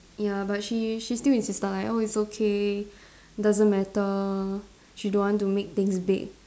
ya but she she still insisted oh it's okay doesn't matter she don't want to make things big